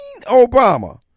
Obama